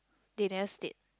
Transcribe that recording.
they never state